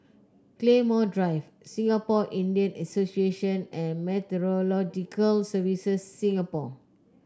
Claymore Drive Singapore Indian Association and Meteorological Services Singapore